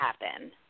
happen